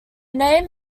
name